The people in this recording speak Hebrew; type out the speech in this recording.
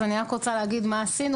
אז אני רק רוצה להגיד מה עשינו,